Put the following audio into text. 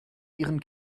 ihren